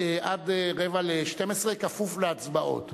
עד 11:45, כפוף להצבעות.